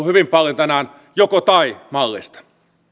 hyvin paljon joko tai mallista